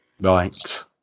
Right